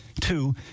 Two